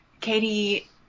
Katie